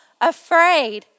afraid